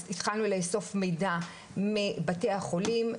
התחלנו לאסוף מידע מבתי החולים,